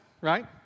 right